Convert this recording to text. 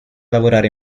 lavorare